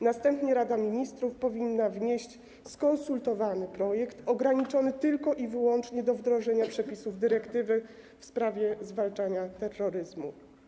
Następnie Rada Ministrów powinna wnieść skonsultowany projekt ograniczony tylko i wyłącznie do wdrożenia przepisów dyrektywy w sprawie zwalczania terroryzmu.